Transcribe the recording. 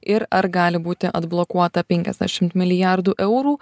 ir ar gali būti atblokuota penkiasdešimt milijardų eurų